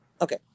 Okay